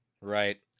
Right